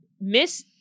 Miss